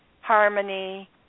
harmony